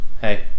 hey